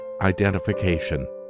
identification